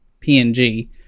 PNG